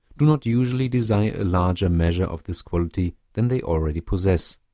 do not usually desire a larger measure of this quality than they already possess.